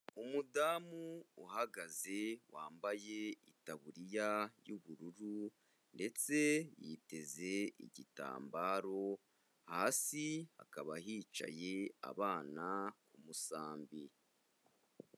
Umudamu uhagaze, wambaye itaburiya y'ubururu ndetse yiteze igitambaro, hasi hakaba hicaye abana ku musambi.